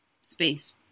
space